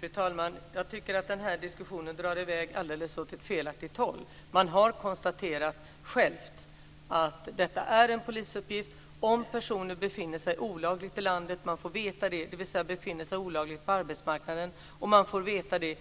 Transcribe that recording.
Fru talman! Jag tycker att den här diskussionen drar i väg åt ett felaktigt håll. Det har konstaterats att detta är en polisuppgift. Om man får veta att personer befinner sig olagligt på arbetsmarknaden